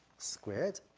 squared.